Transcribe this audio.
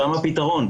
שם הפתרון.